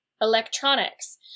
electronics